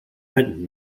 benton